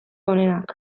onenak